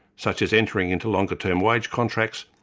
such as entering into longer-term wage contracts,